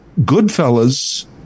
Goodfellas